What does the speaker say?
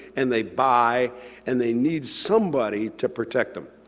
and they buy and they need somebody to protect them.